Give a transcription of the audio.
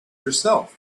yourself